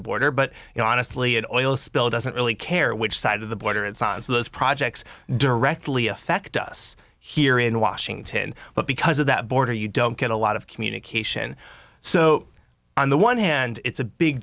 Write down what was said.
the border but you know honestly unoiled spill doesn't really care which side of the border it's on so those projects directly affect us here in washington but because of that border you don't get a lot of communication so on the one hand it's a big